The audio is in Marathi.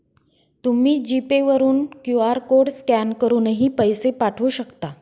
तुम्ही जी पे वरून क्यू.आर कोड स्कॅन करूनही पैसे पाठवू शकता